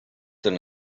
than